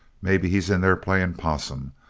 maybe he's in there playing possum.